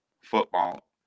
football